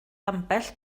ambell